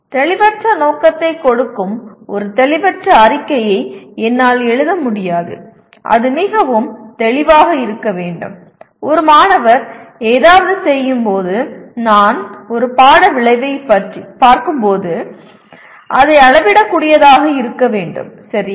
தெளிவற்ற நோக்கத்தைக் கொடுக்கும் ஒரு தெளிவற்ற அறிக்கையை என்னால் எழுத முடியாது அது மிகவும் தெளிவாக இருக்க வேண்டும் ஒரு மாணவர் ஏதாவது செய்யும்போது நான் ஒரு பாட விளைவைப் பார்க்கும்போது அதை அளவிடக்கூடியதாக இருக்க வேண்டும் சரியா